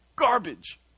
garbage